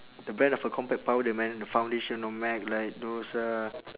the brand of a compact powder man the foundation know mac like those uh